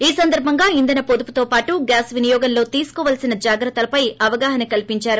ఈ సందర్బంగా ఇంధన పొదుపుతో పాటు గ్యాస్ వినియోగంలో తీసుకోవాల్సిన జాగ్రత్తలపై అవగాహన కలిగిందారు